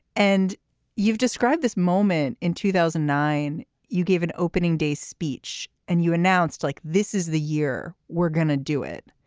and you've described this moment in two thousand and nine you gave an opening day speech and you announced like this is the year we're going to do it.